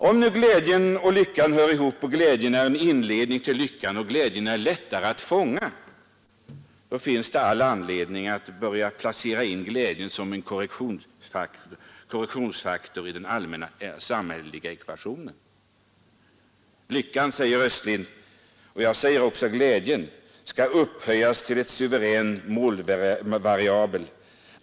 Om nu glädjen och lyckan hör ihop, och glädjen är en inledning till lyckan, och glädjen är lättare att fånga, då finns det all anledning att börja placera in glädjen som en korrektionsfaktor i den samhälleliga ekvationen. Lyckan, säger Östlind — och jag säger också glädjen — skall upphöjas till suverän målvariabel.